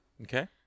Okay